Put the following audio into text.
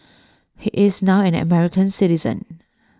he is now an American citizen